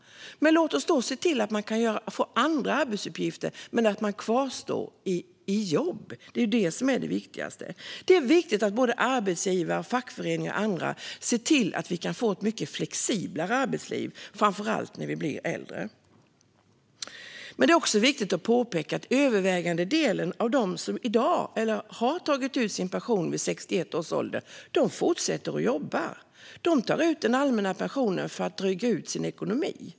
Men låt oss då se till att man kan få andra arbetsuppgifter men kvarstå i jobb. Det är ju det som är det viktigaste. Det är viktigt att arbetsgivare, fackföreningar och andra ser till att vi kan få ett mycket flexiblare arbetsliv, framför allt när vi blir äldre. Det är också viktigt att påpeka att den övervägande delen av dem som tagit ut sin pension vid 61 års ålder fortsätter att jobba. De tar ut den allmänna pensionen för att dryga ut sin ekonomi.